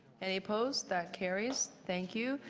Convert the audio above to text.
any opposed? that carries. thank you.